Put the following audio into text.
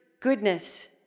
goodness